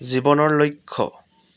জীৱনৰ লক্ষ্য